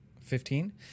Fifteen